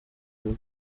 umwe